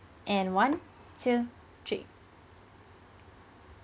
and one two three